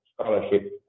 Scholarship